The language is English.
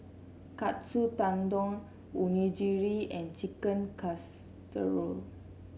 Katsu Tendon Onigiri and Chicken Casserole